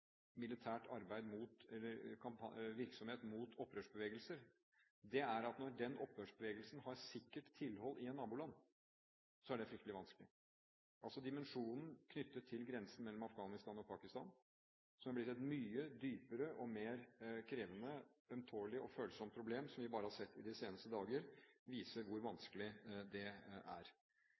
virksomhet mot opprørsbevegelser. Det er at når opprørsbevegelsen har sikkert tilhold i et naboland, så er det fryktelig vanskelig. Dimensjonen knyttet til grensen mellom Afghanistan og Pakistan, som er blitt et mye dypere, mer krevende, ømtålig og følsomt problem, som vi har sett bare i de seneste dager, viser hvor vanskelig det er.